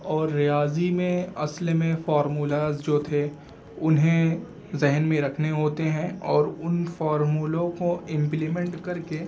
اور ریاضی میں اصل میں فارمولاز جو تھے انہیں ذہن میں رکھنے ہوتے ہیں اور ان فارمولوں کو امپلیمنٹ کر کے